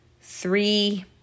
three